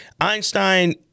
Einstein